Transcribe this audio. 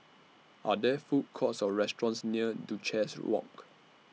Are There Food Courts Or restaurants near Duchess Walk